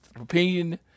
opinion